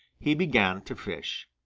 he began to fish.